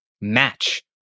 match